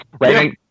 right